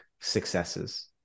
successes